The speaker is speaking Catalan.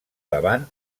davant